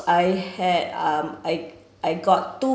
I had um I I got two